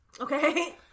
Okay